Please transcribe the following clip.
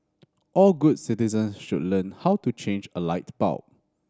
all good citizens should learn how to change a light bulb